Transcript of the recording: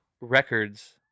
records